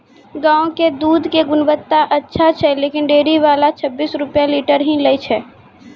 गांव के दूध के गुणवत्ता अच्छा छै लेकिन डेयरी वाला छब्बीस रुपिया लीटर ही लेय छै?